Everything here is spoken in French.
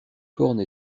corne